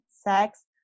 sex